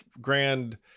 grand